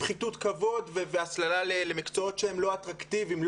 פחיתות כבוד והסללה למקצועות שהם לא אטרקטיביים,